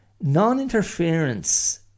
non-interference